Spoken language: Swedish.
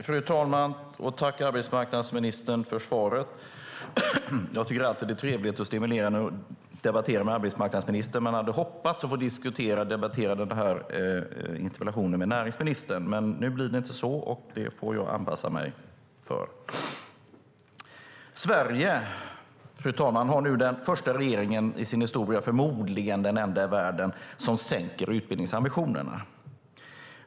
Fru talman! Tack, arbetsmarknadsministern, för svaret! Jag tycker alltid att det är trevligt och stimulerande att debattera med arbetsmarknadsministern, men jag hade hoppats att få diskutera den här interpellationen med näringsministern. Nu blir det inte så, och det får jag anpassa mig till. Fru talman! Sverige har nu den första regeringen i historien, förmodligen den enda i världen, som sänker utbildningsambitionerna.